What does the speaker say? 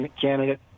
candidate